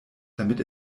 damit